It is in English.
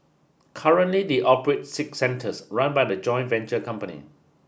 currently they operate six centres run by a joint venture company